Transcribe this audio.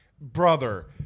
brother